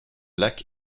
lac